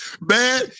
Man